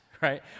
right